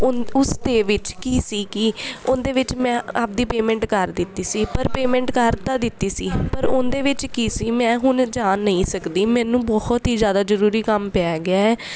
ਉਸ ਉਸ ਦੇ ਵਿੱਚ ਕੀ ਸੀ ਕਿ ਉਹਦੇ ਵਿੱਚ ਮੈਂ ਆਪ ਦੀ ਪੇਮੈਂਟ ਕਰ ਦਿੱਤੀ ਸੀ ਪਰ ਪੇਮੈਂਟ ਕਰ ਤਾਂ ਦਿੱਤੀ ਸੀ ਪਰ ਉਹਦੇ ਵਿੱਚ ਕੀ ਸੀ ਮੈਂ ਹੁਣ ਜਾ ਨਹੀਂ ਸਕਦੀ ਮੈਨੂੰ ਬਹੁਤ ਹੀ ਜ਼ਿਆਦਾ ਜ਼ਰੂਰੀ ਕੰਮ ਪੈ ਗਿਆ ਹੈ